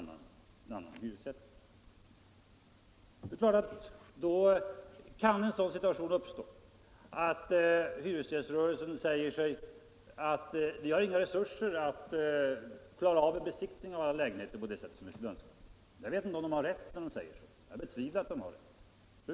Naturligtvis kan då en sådan situation uppstå att hyresgäströrelsens företrädare säger att de inte har resurser att klara av en besiktning av alla lägenheter på det sätt som de skulle önska. Jag vet inte om de har rätt när de säger så. Jag betvivlar att de har det.